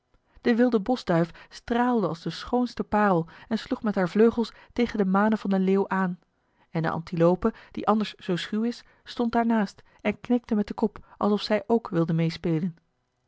de wilde boschduif straalde als de schoonste parel en sloeg met haar vleugels tegen de manen van den leeuw aan en de antilope die anders zoo schuw is stond daarnaast en knikte met den kop alsof zij ook wilde meespelen